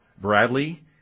Bradley